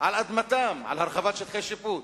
על אדמתם, על הרחבת שטחי שיפוט.